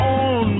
on